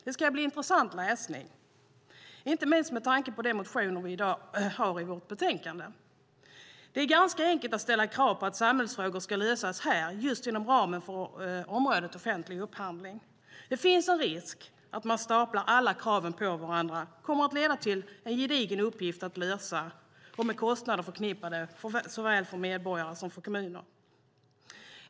Det ska bli intressant läsning, inte minst med tanke på de motioner som vi i dag har i vårt betänkande. Det är ganska enkelt att ställa krav på att samhällsfrågor ska lösas just inom ramen för området offentlig upphandling. Det finns en risk att man staplar alla kraven på varandra och att det kommer att leda till en gedigen uppgift att lösa, förknippad med kostnader såväl för medborgare som för kommuner.